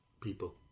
people